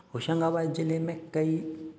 होशंगाबाद जिले में कई